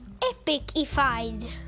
epicified